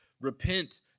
Repent